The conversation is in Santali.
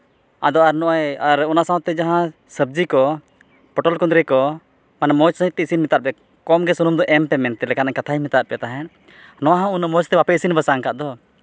ᱟᱫᱚ ᱟᱨ ᱱᱚᱜᱼᱚᱸᱭ ᱟᱨ ᱚᱱᱟ ᱥᱟᱶᱛᱮ ᱡᱟᱦᱟᱸ ᱥᱚᱵᱽᱡᱤ ᱠᱚ ᱯᱚᱴᱚᱞ ᱠᱩᱫᱽᱨᱤ ᱠᱚ ᱢᱟᱱᱮ ᱢᱚᱡᱽ ᱥᱟᱹᱦᱤᱧᱛᱮ ᱤᱥᱤᱱ ᱢᱮᱛᱟᱫ ᱯᱮ ᱠᱚᱢ ᱜᱮ ᱥᱩᱱᱩᱢ ᱫᱚ ᱮᱢ ᱯᱮ ᱢᱮᱱᱛᱮᱫ ᱞᱮᱠᱟᱱᱟᱜ ᱠᱟᱛᱷᱟᱧ ᱢᱮᱛᱟᱫ ᱯᱮ ᱛᱟᱦᱮᱸᱫ ᱱᱚᱣᱟ ᱦᱚᱸ ᱩᱱᱟᱹᱜ ᱢᱚᱡᱽᱛᱮ ᱵᱟᱯᱮ ᱤᱥᱤᱱ ᱵᱟᱥᱟᱝ ᱠᱟᱫ ᱫᱚ